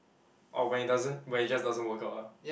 oh when it doesn't when it just doesn't work out lah